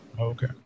Okay